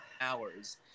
hours